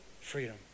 freedom